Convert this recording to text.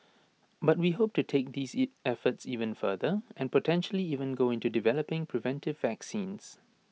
but we hope to take these E efforts even further and potentially even go into developing preventive vaccines